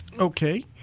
Okay